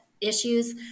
issues